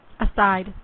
Aside